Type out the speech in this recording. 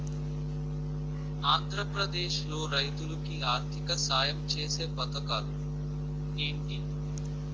ఆంధ్రప్రదేశ్ లో రైతులు కి ఆర్థిక సాయం ఛేసే పథకాలు ఏంటి?